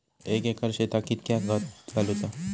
एक एकर शेताक कीतक्या खत घालूचा?